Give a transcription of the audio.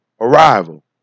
arrival